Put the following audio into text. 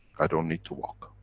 don't need to walk.